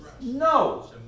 No